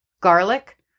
garlic